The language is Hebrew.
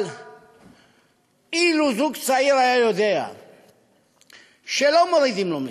אבל אילו זוג צעיר היה יודע שלא מורידים לו מסים,